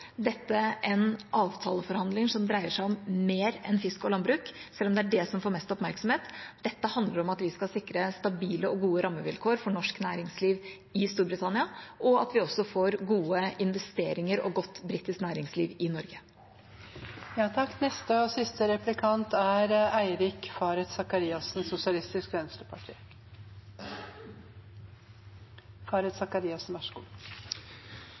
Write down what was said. det som får mest oppmerksomhet. Dette handler om at vi skal sikre stabile og gode rammevilkår for norsk næringsliv i Storbritannia, og at vi også får gode investeringer og godt britisk næringsliv i